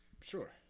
Sure